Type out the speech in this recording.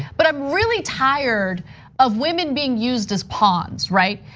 but i'm really tired of women being used as pawns, right?